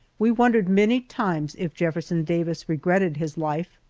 we wondered many times if jefferson davis regretted his life.